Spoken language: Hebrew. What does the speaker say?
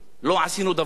לא עשינו דבר?